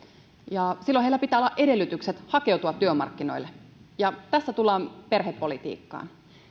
ja silloin heillä pitää olla edellytykset hakeutua työmarkkinoille ja tässä tullaan perhepolitiikkaan